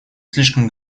слишком